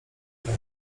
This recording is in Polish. rękę